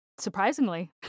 Surprisingly